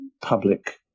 public